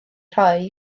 rhoi